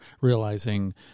realizing